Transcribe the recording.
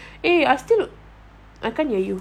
eh I just